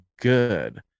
good